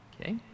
Okay